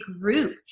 group